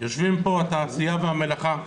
יושבים פה התעשייה והמלאכה,